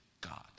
God